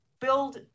build